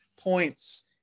points